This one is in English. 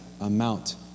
amount